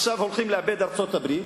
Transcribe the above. עכשיו הולכים לאבד את ארצות-הברית,